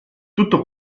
tutto